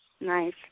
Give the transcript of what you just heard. Nice